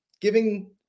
giving